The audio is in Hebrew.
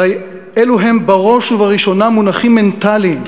הרי אלו הם בראש ובראשונה מונחים מנטליים.